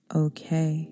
okay